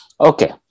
Okay